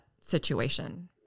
situation